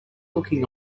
looking